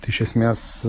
tai iš esmės